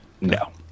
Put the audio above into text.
No